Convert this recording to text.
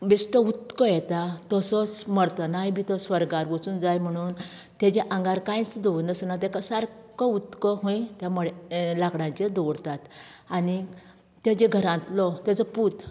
बेश्टो उत्को येता तसोस मरतनाय बी तो स्वर्गार वचूंक जाय म्हणून तेजे आंगार कांयच दवर नासतना ताका सारको उत्को म्हळ्यार तें मडें लांकडाचेर दवरतात आनी तेजे घरातलो तेजो पूत